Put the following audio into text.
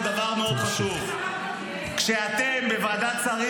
דבר מאוד פשוט: כשאתם בוועדת שרים